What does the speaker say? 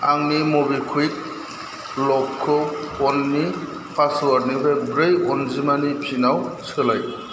आंनि मबिक्वुइक लकखौ फननि पासवार्डनिफ्राय ब्रै अनजिमानि पिनाव सोलाय